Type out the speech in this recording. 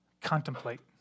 contemplate